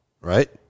right